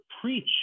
preach